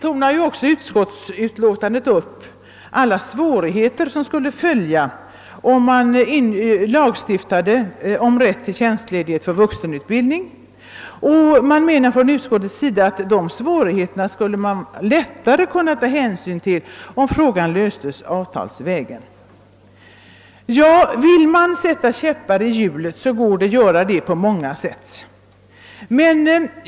Utskottet tornar i sitt utlåtande upp alla svårigheter som skulle bli följden, om man lagstiftade om rätt till tjänstle dighet för vuxenutbildning. Utskottet anser att dessa svårigheter skulle vara lättare att ta hänsyn till, om frågan löstes avtalsvägen. Vill man sätta käppar i hjulet, går detta att göra på många sätt.